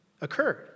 occurred